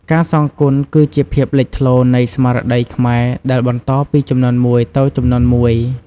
ការសងគុណគឺជាភាពលេចធ្លោនៃស្មារតីខ្មែរដែលបន្តពីជំនាន់មួយទៅជំនាន់មួយ។